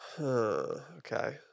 Okay